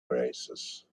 oasis